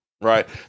Right